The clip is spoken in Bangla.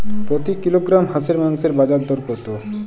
প্রতি কিলোগ্রাম হাঁসের মাংসের বাজার দর কত?